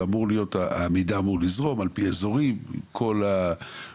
והמידע אמור לזרום על פי אזורים,